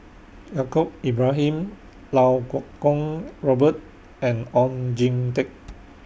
Yaacob Ibrahim Iau Kuo Kwong Robert and Oon Jin Teik